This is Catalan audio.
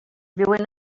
viuen